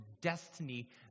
destiny